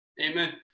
amen